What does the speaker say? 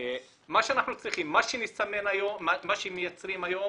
מה שמייצרים היום